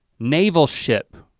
naval ship,